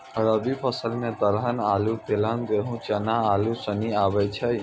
रवि फसल मे दलहन आरु तेलहन गेहूँ, चना आरू सनी आबै छै